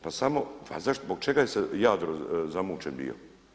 Pa samo, pa zašto, zbog čega je Jadro zamućen bio?